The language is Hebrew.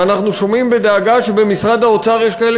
ואנחנו שומעים בדאגה שבמשרד האוצר יש כאלה